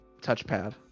touchpad